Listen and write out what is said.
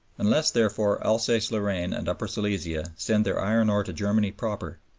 unless, therefore, alsace-lorraine and upper silesia send their iron ore to germany proper,